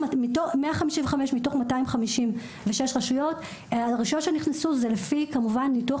155 מתוך 256 רשויות זה לפי כמובן ניתוח